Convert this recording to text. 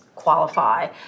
qualify